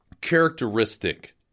characteristic